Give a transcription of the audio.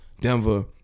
Denver